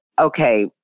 okay